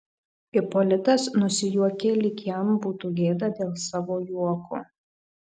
ipolitas nusijuokė lyg jam būtų gėda dėl savo juoko